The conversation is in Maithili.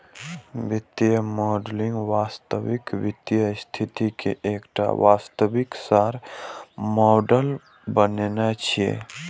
वित्तीय मॉडलिंग वास्तविक वित्तीय स्थिति के एकटा वास्तविक सार मॉडल बनेनाय छियै